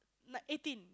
like eighteen